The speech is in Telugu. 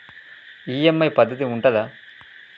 ఈ.ఎమ్.ఐ పద్ధతి ఉంటదా?